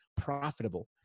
profitable